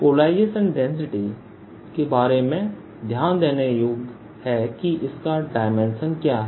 polarisation density के बारे में ध्यान देने योग्य कि इसका डायमेंशन क्या है